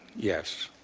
yes.